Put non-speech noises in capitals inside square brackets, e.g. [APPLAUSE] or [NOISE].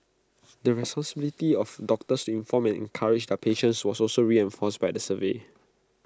the [UNINTELLIGIBLE] of doctors inform and encourage their patients was also reinforced by the survey